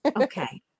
okay